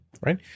right